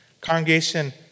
Congregation